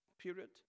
period